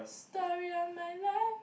story of my life